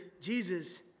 Jesus